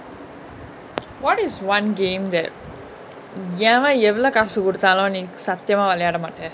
what is one game that எவ எவள காசு குடுத்தாலு நீ சத்தியமா வெளயாட மாட்ட:eva evala kaasu kuduthaalu nee sathiyama velayada maata